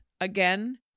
again